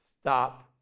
Stop